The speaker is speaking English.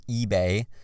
eBay